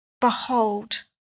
behold